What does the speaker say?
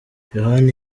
yohani